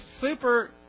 super